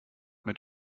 mit